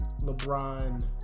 LeBron